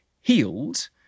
healed